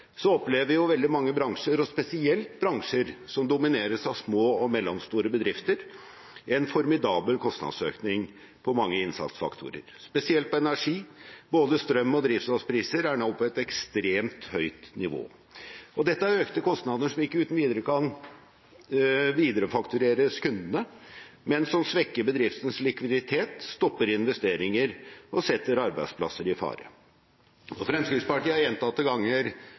opplever veldig mange bransjer, spesielt bransjer som domineres av små og mellomstore bedrifter, en formidabel kostnadsøkning på mange innsatsfaktorer, spesielt på energi. Både strøm- og drivstoffpriser er nå på et ekstremt høyt nivå. Dette er økte kostnader som ikke uten videre kan viderefaktureres til kundene, men som svekker bedriftens likviditet, stopper investeringer og setter arbeidsplasser i fare. Fremskrittspartiet har gjentatte ganger